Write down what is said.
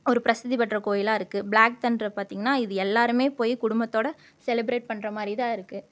ஒரு பிரசித்திப்பெற்ற கோயிலா இருக்கு பிளாக் தண்டர பார்த்தீங்கனா இது எல்லோருமே போய் குடும்பத்தோடு செலிப்பிரேட் பண்ணுற மாதிரி தான் இருக்கு